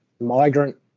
migrant